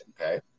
Okay